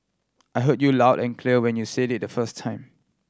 I heard you loud and clear when you said it the first time